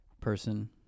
person